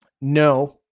No